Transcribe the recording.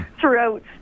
throughout